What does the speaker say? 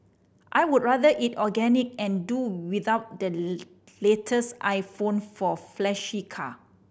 I would rather eat organic and do without the latest iPhone or flashy car